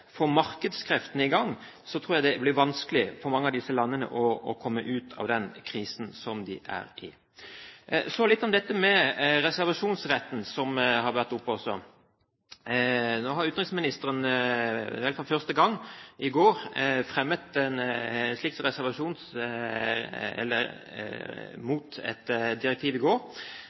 markedskreftene i gang, tror jeg det blir vanskelig for mange av disse landene å komme ut av den krisen som de er i. Så litt om dette med reservasjonsretten, som også har vært oppe. Nå har utenriksministeren vel for første gang gått mot et direktiv – i går